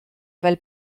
fel